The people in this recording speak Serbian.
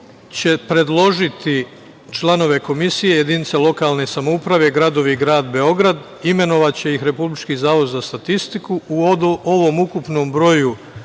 će predložiti članove komisije jedinice lokalne samouprave gradovi i grad Beograd, imenovaće ih Republički zavod za statistiku. U ovom ukupnom broju